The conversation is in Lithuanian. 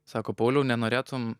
sako pauliau nenorėtum